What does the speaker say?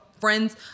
Friends